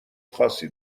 خاصی